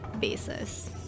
basis